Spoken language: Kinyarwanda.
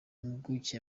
impuguke